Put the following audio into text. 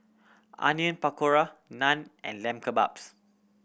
Onion Pakora Naan and Lamb Kebabs